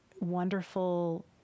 wonderful